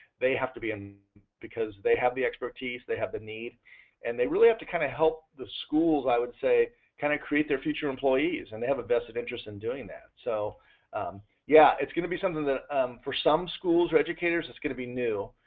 they have to be in because they have the expertise, they have the need and they really have to kind of help the schools i would say kind of create their future employees and they have a vested interest in doing that. so yeah, it's going to be something for some schools or educators it's going to be new,